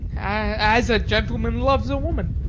as a gentleman loves a woman.